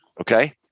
okay